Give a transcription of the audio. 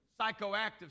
psychoactive